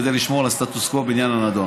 כדי לשמור על הסטטוס קוו בעניין הנדון.